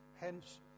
Hence